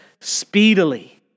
speedily